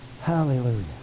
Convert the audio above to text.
Hallelujah